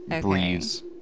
breeze